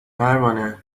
پروانه